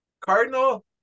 Cardinal